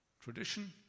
tradition